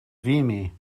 vimy